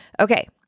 Okay